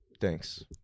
Thanks